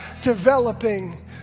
developing